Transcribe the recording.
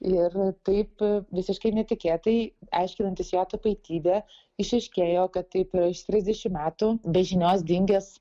ir taip visiškai netikėtai aiškinantis jo tapatybę išaiškėjo kad tai prieš trisdešim metų be žinios dingęs